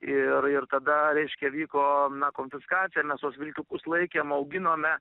ir ir tada reiškia vyko na konfiskacija mes tuos vilkiukus laikėm auginome